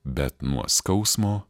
bet nuo skausmo